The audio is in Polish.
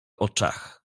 oczach